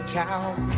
town